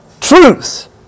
truth